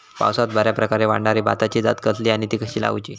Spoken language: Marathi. पावसात बऱ्याप्रकारे वाढणारी भाताची जात कसली आणि ती कशी लाऊची?